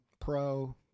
Pro